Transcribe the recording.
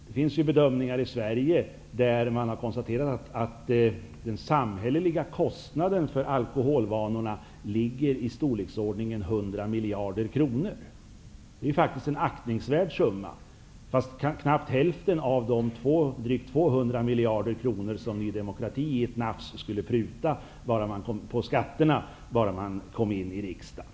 Det finns bedömningar i Sverige på att de samhälleliga kostnaderna på alkoholvanorna ligger i storleksordningen 100 miljarder kronor. Det är faktiskt en aktningsvärd summa, fastän knappt hälften av de drygt 200 miljarder kronor som Ny demokrati i ett nafs skulle pruta på skatterna bara man kom in i riksdagen.